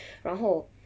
然后